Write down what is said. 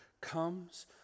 comes